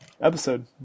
episode